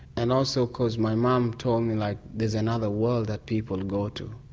and also cause my mum um told me like there's another world that people go to,